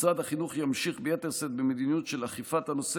משרד החינוך ימשיך ביתר שאת במדיניות של אכיפת הנושא